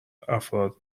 افراد